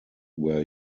were